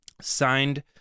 Signed